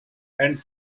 and